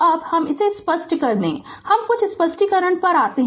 तो अब हम इसे स्पष्ट कर दे हम कुछ स्पष्टीकरण पर आते है